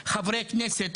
חברי כנסת,